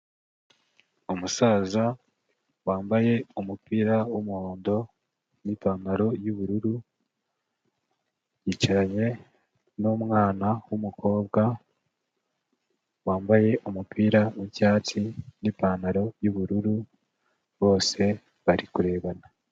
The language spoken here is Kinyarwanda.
Umusaza wambaye umupira w'umuhondo n'ipantaro y'ubururu, yicaranye n'umwana w'umukobwa, wambaye umupira w'icyatsi n'ipantaro y'ubururu bose bari kurebana.